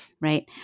right